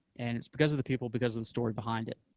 and it's because of the people, because of the story behind it.